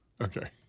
Okay